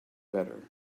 better